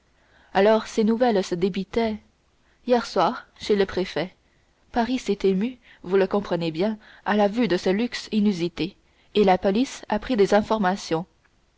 alors ces nouvelles se débitaient hier soir chez le préfet paris s'est ému vous le comprenez bien à la vue de ce luxe inusité et la police a pris des informations